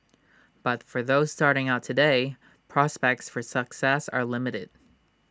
but for those starting out today prospects for success are limited